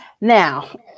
Now